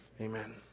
amen